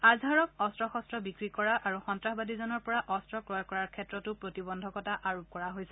আজহাৰক অস্ত্ৰ শস্ত্ৰ বিক্ৰী কৰা আৰু সন্তাসবাদীজনৰ পৰা অস্ত্ৰ ক্ৰয় কৰাৰ ক্ষেত্ৰতো প্ৰতিবন্ধকতা আৰোপ কৰা হৈছে